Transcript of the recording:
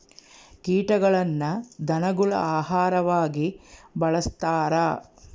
ಕೀಟಗಳನ್ನ ಧನಗುಳ ಆಹಾರವಾಗಿ ಬಳಸ್ತಾರ